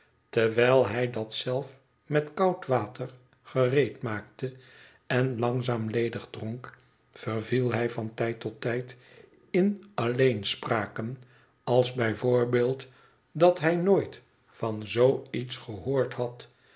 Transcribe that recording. terwijl hij dat zelf met koud water gereedmaakte en langzaam ledigdronk verviel hij van tijd tot tijd in alleenspraken als bij voorbeeld dat hij nooit van z iets gehoord had